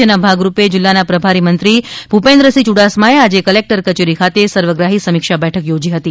જેના ભાગરૂપે જિલ્લાના પ્રભારીમંત્રીશ્રી ભૂપેન્દ્રસિંહ યૂડાસમાએ આજે કલેકટર કચેરી ખાતે સર્વગ્રાહી સમિક્ષા બેઠક યોજી હતી